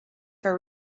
for